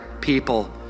people